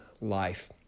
life